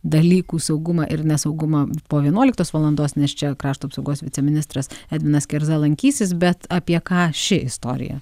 dalykų saugumą ir nesaugumą po vienuoliktos valandos nes čia krašto apsaugos viceministras edvinas kerza lankysis bet apie ką ši istorija